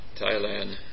Thailand